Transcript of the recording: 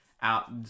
out